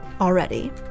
already